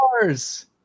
stars